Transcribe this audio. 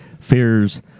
fears